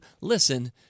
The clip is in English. listen